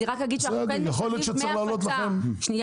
אני רק אגיד שאנחנו כן משלמים דמי הפצה --- בסדר,